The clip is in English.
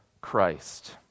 Christ